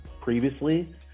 previously